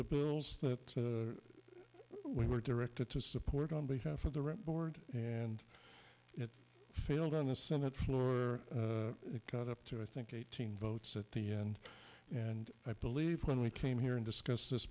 the bills that were directed to support on behalf of the rent board and it failed on the senate floor it got up to i think eighteen votes at the end and i believe when we came here and discussed this